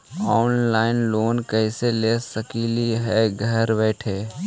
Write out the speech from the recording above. Online loan कैसे ले सकली हे घर बैठे?